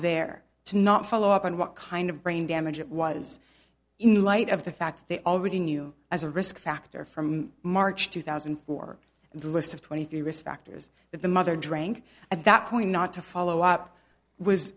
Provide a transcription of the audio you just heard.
there to not follow up on what kind of brain damage it was in light of the fact they already knew as a risk factor from march two thousand and four and the list of twenty three respecters that the mother drank at that point not to follow up was